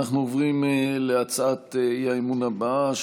אנחנו עוברים להצעת האי-אמון הבאה,